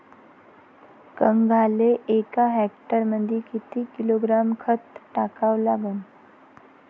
कांद्याले एका हेक्टरमंदी किती किलोग्रॅम खत टाकावं लागन?